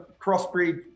crossbreed